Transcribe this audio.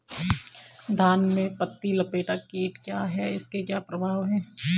धान में पत्ती लपेटक कीट क्या है इसके क्या प्रभाव हैं?